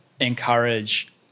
encourage